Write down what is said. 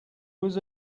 was